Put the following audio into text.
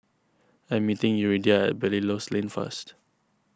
I am meeting Yuridia at Belilios Lane first